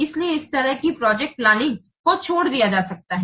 इसलिए इस तरह की प्रोजेक्ट प्लानिंग को छोड़ दिया जा सकता है